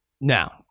Now